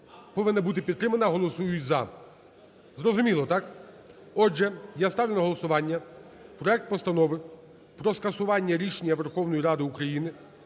повинна бути підтримана, голосують "за". Зрозуміло, так? Отже, я ставлю на голосування проект Постанови про скасування рішення Верховної Ради України